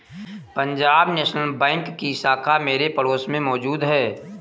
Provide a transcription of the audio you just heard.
Punjab National Bank की शाखा मेरे पड़ोस में मौजूद है